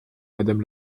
madame